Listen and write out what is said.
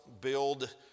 build